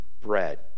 bread